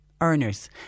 earners